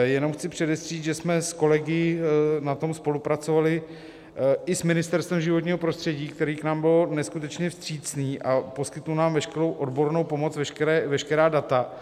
Jenom chci předestřít, že jsme s kolegy na tom spolupracovali i s Ministerstvem životního prostředí, které k nám bylo neskutečně vstřícné a poskytlo nám veškerou odbornou pomoc, veškerá data.